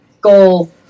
goal